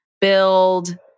build